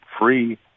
free